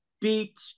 Beat